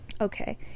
okay